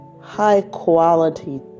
high-quality